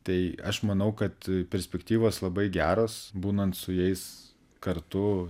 tai aš manau kad perspektyvos labai geros būnant su jais kartu